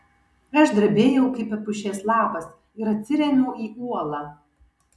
aš drebėjau kaip epušės lapas ir atsirėmiau į uolą